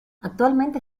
actualmente